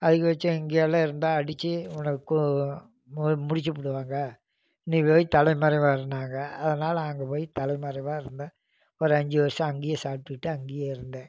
அதுக்கு யோசித்தேன் இங்கெல்லாம் இருந்தால் அடித்து உன்னை முடித்து புடுவாங்க நீ போய் தலைமறைவாக இருன்னாங்க அதனால அங்கே போய் தலைமறைவாகஇருந்தேன் ஒரு அஞ்சு வருஷம் அங்கேயே சாப்பிட்டுக்கிட்டு அங்கேயே இருந்தேன்